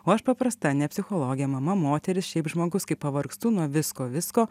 o aš paprasta ne psichologė mama moteris šiaip žmogus kai pavargstu nuo visko visko